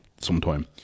sometime